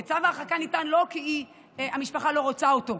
צו ההרחקה ניתן לא כי המשפחה לא רוצה אותו,